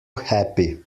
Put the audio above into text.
happy